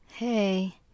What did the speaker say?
hey